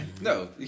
No